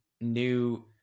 new